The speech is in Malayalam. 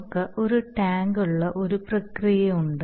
നമുക്ക് ഒരു ടാങ്ക് ഉള്ള ഒരു പ്രക്രിയയുണ്ട്